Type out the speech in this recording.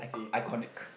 I con~ I connect